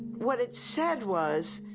what it said was,